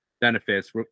benefits